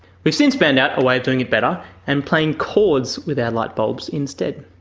we've since found out a way of doing it better and playing chords with our light bulbs instead.